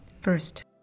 First